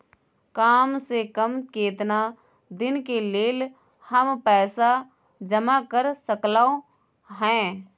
काम से कम केतना दिन के लेल हम पैसा जमा कर सकलौं हैं?